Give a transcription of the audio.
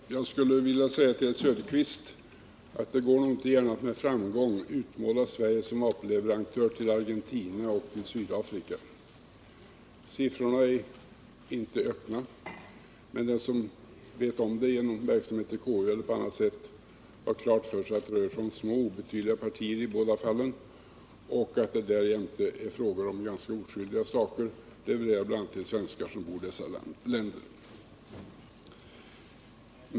Herr talman! Jag skulle vilja säga till herr Söderqvist att det nog inte gärna med någon framgång går att utmåla Sverige som vapenleverantör till Argentina och Sydafrika. Siffrorna är inte offentliga, men den som känner till dem genom verksamhet i KU eller på annat sätt har klart för sig att det rör sig om små obetydliga partier i båda fallen och att det därjämte gäller ganska oskyldiga saker, bl.a. leveranser till svenskar som bor i dessa länder.